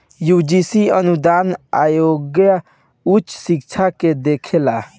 UGC अनुदान आयोग उच्च शिक्षा के देखेला